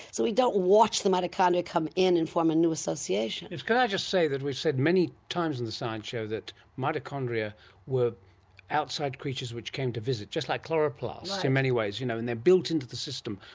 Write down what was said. so we don't watch the mitochondria come in and form a new association. yes, could i just say that we've said many times on the science show that mitochondria were outside creatures which came to visit, just like chloroplasts in many ways, you know, and they're built into the system.